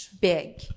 big